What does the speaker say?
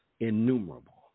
innumerable